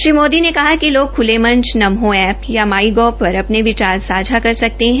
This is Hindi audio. श्री मोदी ने कहा कि लोग ख्ले मंच नमो एप्प या माई गोव पर अपने विचार सांझा कर सकते है